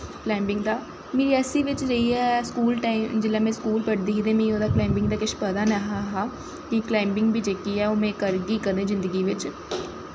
climbing दा रियासी बिच्च जाइयै जिसलै स्कूल टैम में पढ़दी ही ते मीं कलाईंबिंग दा कुछ पता नेईं ऐ हा कि में कलाईंबिंग बी करगी कदैं